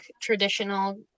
traditional